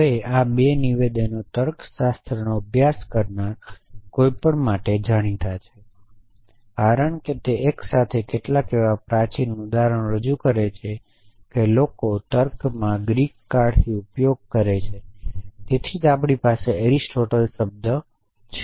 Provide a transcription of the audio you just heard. હવે આ 2 નિવેદનો તર્કશાસ્ત્રનો અભ્યાસ કરનારા કોઈપણ માટે જાણીતા છે કારણ કે તે એક સાથે કેટલાક એવા પ્રાચીન ઉદાહરણો રજૂ કરે છે કે લોકો તર્કમાં ગ્રીક કાળથી ઉપયોગ કરે છે તેથી જ આપણી પાસે એરિસ્ટોટલ શબ્દ છે